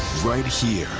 right here.